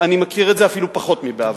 אני מכיר את זה אפילו פחות מבעבר.